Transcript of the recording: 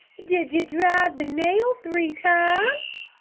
did ye drive the nail three times?